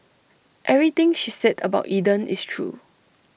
everything she said about Eden is true